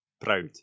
Proud